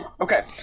okay